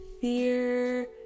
fear